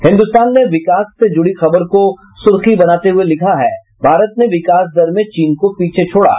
हिन्दुस्तान ने विकास से जुड़ी खबर को सुर्खी बनाते हुए लिखा है भारत ने विकास दर में चीन को पीछे छोड़ा